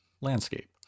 landscape